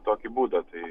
tokį būdą tai